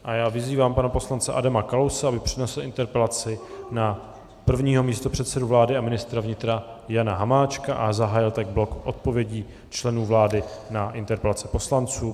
A já vyzývám pana poslance Adama Kalouse, aby přednesl interpelaci na prvního místopředsedu vlády a ministra vnitra Jana Hamáčka a zahájil tak blok odpovědí členů vlády na interpelace poslanců.